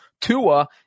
Tua